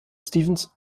stephens